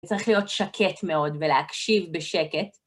צריך להיות שקט מאוד ולהקשיב בשקט.